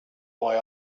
boy